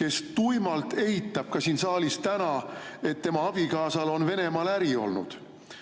kes tuimalt eitas ka täna siin saalis, et tema abikaasal on Venemaal ärisid olnud,